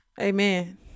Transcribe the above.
Amen